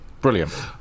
brilliant